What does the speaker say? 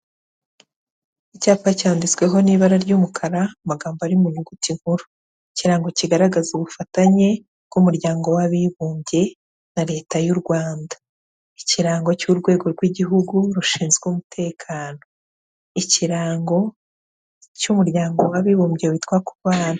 Icyapa cyanditsweho n'ibara ry'umukara amagambogambo ari mu nyuguti nkuru, ikirango kigaragaza ubufatanye bw'Umuryango w'Abibumbye na Leta y'u Rwanda, kirango cy'urwego rw'Igihugu rushinzwe umutekano, ikirango cy'Umuryango w'Abibumbye witwa ku bana.